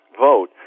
vote